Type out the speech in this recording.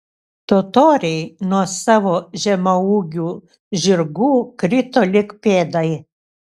totoriai nuo savo žemaūgių žirgų krito lyg pėdai